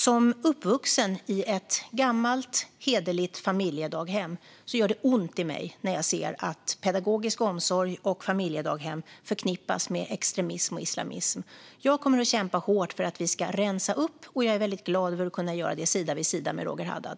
Som uppvuxen i ett gammalt, hederligt familjedaghem gör det ont i mig när jag ser att pedagogisk omsorg och familjedaghem förknippas med extremism och islamism. Jag kommer att kämpa hårt för att vi ska rensa upp, och jag är väldigt glad över att kunna göra det sida vid sida med Roger Haddad.